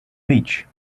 beach